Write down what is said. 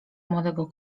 młodego